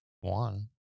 one